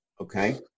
Okay